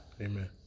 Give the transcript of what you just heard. Amen